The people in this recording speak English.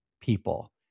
people